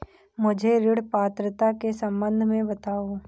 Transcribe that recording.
मुझे ऋण पात्रता के सम्बन्ध में बताओ?